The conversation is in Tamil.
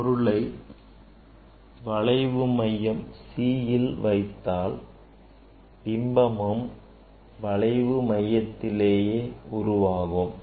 பொருளை வளைவு மையம் Cயில் வைத்தால் பிம்பமும் வளைவு மையத்திலேயே உருவாகும்